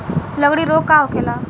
लगड़ी रोग का होखेला?